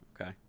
Okay